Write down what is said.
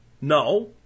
No